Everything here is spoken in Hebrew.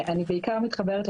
הוא נותן לך הנחה,